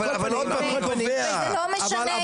השאלה מי קובע?